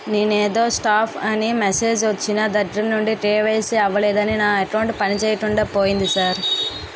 నిన్నేదో స్టాప్ అని మెసేజ్ ఒచ్చిన దగ్గరనుండి కే.వై.సి అవలేదని నా అకౌంట్ పనిచేయకుండా పోయింది సార్